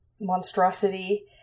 monstrosity